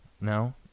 No